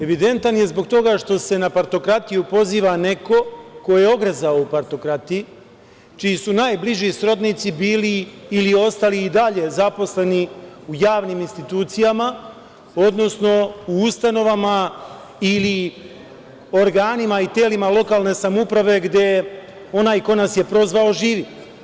Evidentan je zbog toga što se na partokratiju poziva neko ko je ogrezao u partokratiji, čiji su najbliži srodnici bili ili ostali i dalje zaposleni u javnim institucijama, odnosno u ustanovama ili organima i telima lokalne samouprave, gde onaj ko nas je prozvao živi.